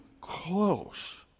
close